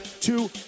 two